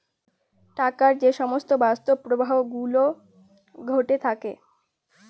টাকার যে সমস্ত বাস্তব প্রবাহ গুলো ঘটে থাকে